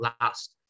last